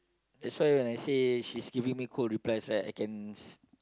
that's why when I say she's giving me cold replies like I can